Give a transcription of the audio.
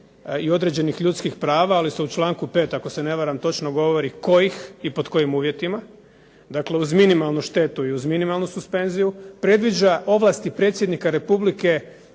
i određenih ljudskih prava, ali se u članku 5. ako se ne varam točno govori kojih i pod kojim uvjetima, dakle uz minimalnu štetu i uz minimalnu suspenziju, predviđa ovlasti predsjednika Republike